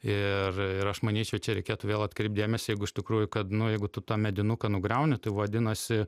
ir ir aš manyčiau čia reikėtų vėl atkreipt dėmesį jeigu iš tikrųjų kad nu jeigu tu tą medinuką nugriauni tai vadinasi